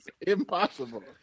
Impossible